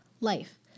life